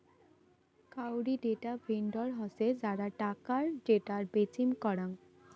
কাউরী data vendor হসে যারা টাকার ডেটা বেচিম করাং